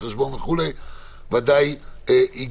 כזו ואז מנהל ההסדר יחליט אם לפנות לבית המשפט,